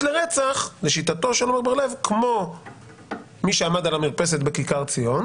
לרצח כמו מי שעמד על המרפסת בכיכר ציון,